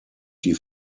die